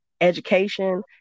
education